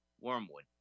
Wormwood